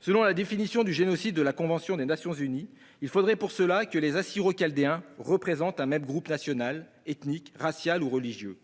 suit la définition du génocide de la convention des Nations unies de 1948, il faudrait pour cela que les Assyro-Chaldéens représentent un même groupe national, ethnique, racial ou religieux.